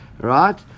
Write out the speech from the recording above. Right